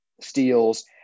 steals